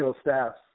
staffs